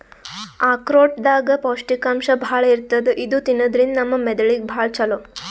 ಆಕ್ರೋಟ್ ದಾಗ್ ಪೌಷ್ಟಿಕಾಂಶ್ ಭಾಳ್ ಇರ್ತದ್ ಇದು ತಿನ್ನದ್ರಿನ್ದ ನಮ್ ಮೆದಳಿಗ್ ಭಾಳ್ ಛಲೋ